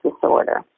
disorder